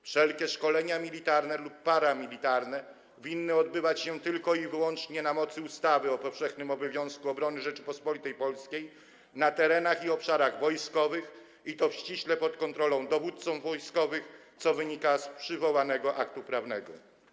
Wszelkie szkolenia militarne lub paramilitarne winny odbywać się tylko i wyłącznie na mocy ustawy o powszechnym obowiązku obrony Rzeczypospolitej Polskiej na terenach i obszarach wojskowych, i to ściśle pod kontrolą dowódców wojskowych, co wynika z przywołanego aktu prawnego.